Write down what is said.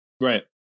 right